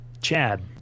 Chad